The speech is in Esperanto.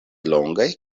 longaj